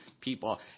people